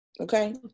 okay